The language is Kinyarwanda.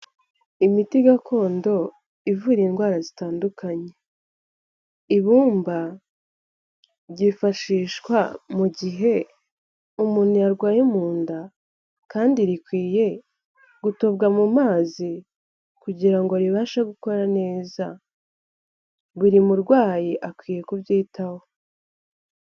Imiti gakondo ivura indwara zitandukanye, ibumba ryifashishwa mu gihe umuntu yarwaye mu nda kandi rikwiye gutobwa mu mazi kugira ngo ribashe gukora neza, buri murwayi akwiye kubyitaho.